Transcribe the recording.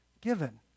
given